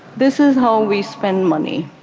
this is how we spend money.